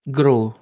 grow